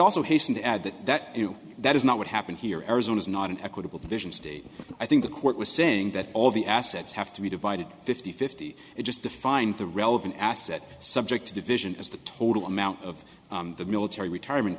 also hasten to add that that that is not what happened here arizona is not an equitable division state i think the court was saying that all the assets have to be divided fifty fifty just to find the relevant assets subject to division as the total amount of the military retirement